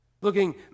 Looking